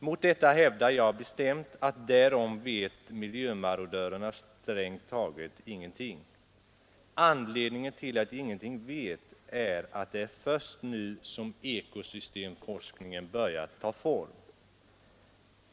Mot detta hävdar jag bestämt att därom vet miljömarodörerna strängt taget ingenting. Anledningen till att de ingenting vet är att det är först nu som ekosystemforskningen börjat ta form.